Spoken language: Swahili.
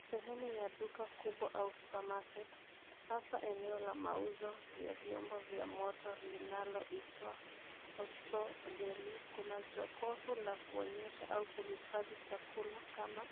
Sehemu ya duka kubwa au supermarket , hasa eneo la mauzo vya vyombo vya moto vinaloitwa hot deli . Kuna jokofu la kuonyeshea au kuhifadhia chakula kama